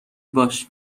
باش